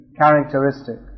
characteristic